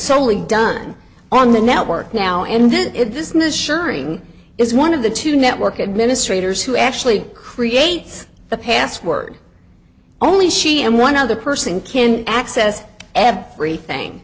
solely done on the network now and then it business sure is one of the two network administrators who actually create the password only she and one other person can access everything